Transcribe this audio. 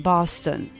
Boston